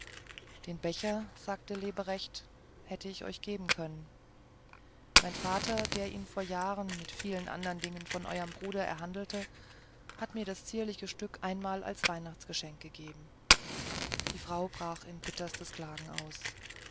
den becher sagte leberecht hätte ich euch geben können mein vater der ihn vor jahren mit vielen andern dingen von euerm bruder erhandelte hat mir das zierliche stück einmal als weihnachtsgeschenk gegeben die frau brach in die bittersten klagen aus